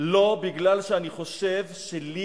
לא מפני שאני חושב שלי